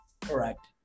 Correct